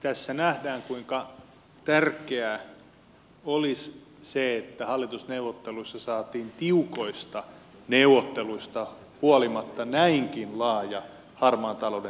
tässä nähdään kuinka tärkeää oli se että hallitusneuvotteluissa saatiin tiukoista neuvotteluista huolimatta näinkin laaja harmaan talouden torjunnan ohjelma